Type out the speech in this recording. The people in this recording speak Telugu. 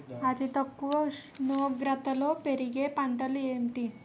అతి తక్కువ ఉష్ణోగ్రతలో పెరిగే పంటలు ఏంటి?